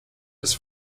his